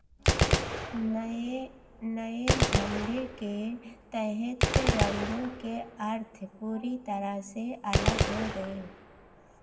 नए नए झण्डे के तहत रंगों के अर्थ पूरी तरह से अलग हो गए